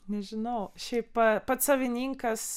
nežinau šiaip pats savininkas